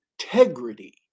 Integrity